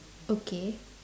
okay